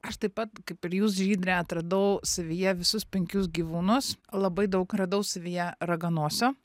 aš taip pat kaip ir jūs žydre atradau savyje visus penkis gyvūnus labai daug radau savyje raganosio